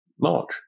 march